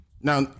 Now